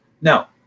Now